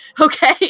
Okay